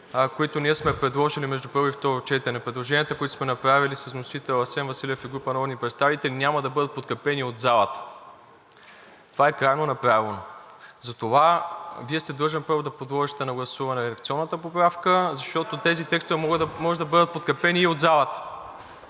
които ние сме предложили между първо и второ четене, предложенията, които сме направили, с вносител Асен Василев и група народни представители няма да бъдат подкрепени от залата. Това е крайно неправилно. Затова Вие сте длъжен първо да подложите на гласуване редакционната поправка, защото тези текстове може да бъдат подкрепени и от залата.